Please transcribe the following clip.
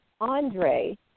Andre